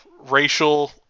racial